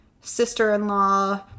sister-in-law